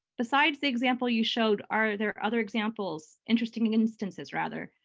besides the example you showed are there other examples interesting instances, rather,